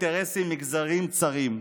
אינטרסים מגזריים צרים.